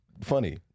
funny